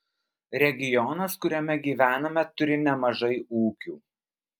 regionas kuriame gyvename turi nemažai ūkių